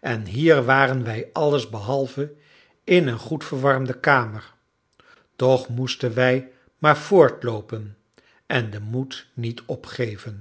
en hier waren wij alles behalve in eene goed verwarmde kamer toch moesten wij maar voortloopen en den moed niet opgeven